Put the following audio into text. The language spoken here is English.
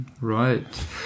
Right